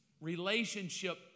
relationship